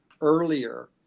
earlier